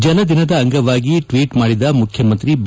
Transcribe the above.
ಜಲದಿನದ ಅಂಗವಾಗಿ ಟ್ವೀಟ್ ಮಾಡಿದ ಮುಖ್ಯಮಂತ್ರಿ ಬಿ